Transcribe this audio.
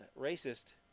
racist